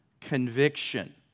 conviction